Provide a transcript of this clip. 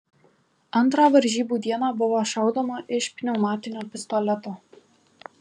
antrą varžybų dieną buvo šaudoma iš pneumatinio pistoleto